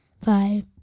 five